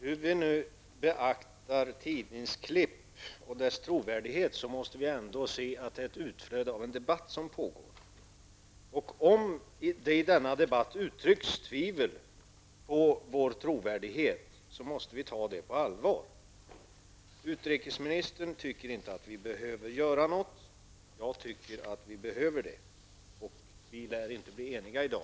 Herr talman! När vi tar del av tidningsklipp och försöker bedöma deras trovärdighet, måste vi ändå förstå att vad som skrivs är ett utflöde av en debatt som pågår. Om det i denna debatt uttrycks tvivel på vår trovärdighet, måste vi ta det på allvar. Utrikesministern tycker inte att vi behöver göra någonting. Jag tycker att vi behöver det. Vi lär inte bli eniga i dag.